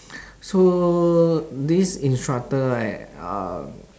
so this instructor right uh